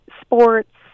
sports